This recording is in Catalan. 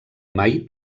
mai